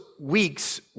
weeks